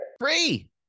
Free